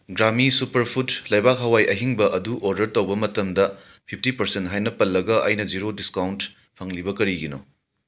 ꯒ꯭ꯔꯥꯃꯤ ꯁꯨꯄꯔꯐꯨꯠ ꯂꯩꯕꯥꯛ ꯍꯋꯥꯏ ꯑꯍꯤꯡꯕ ꯑꯗꯨ ꯑꯣꯔꯗꯔ ꯇꯧꯕ ꯃꯇꯝꯗ ꯐꯤꯞꯇꯤ ꯄꯔꯁꯦꯟ ꯍꯥꯏꯅ ꯄꯜꯂꯒ ꯑꯩꯅ ꯖꯤꯔꯣ ꯗꯤꯁꯀꯥꯎꯟꯠ ꯐꯪꯂꯤꯕ ꯀꯔꯤꯒꯤꯅꯣ